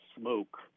smoke